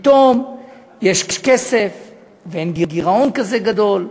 ופתאום יש כסף ואין גירעון גדול כזה.